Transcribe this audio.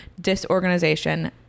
disorganization